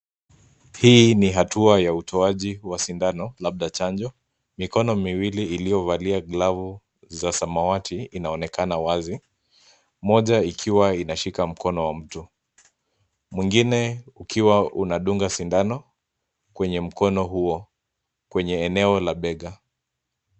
Hii ni hatua ya utoaji wa sindano labda chanjo, mikono miwili iliyovalia glavu ya samawati inaonekana wazi, moja ikiwa inashika mkono wa mtu, mwingine ukiwa unadunga sindano, kwenye mkono huo, kwenye eneo la bega.